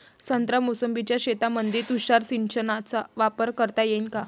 संत्रा मोसंबीच्या शेतामंदी तुषार सिंचनचा वापर करता येईन का?